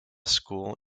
school